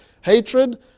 hatred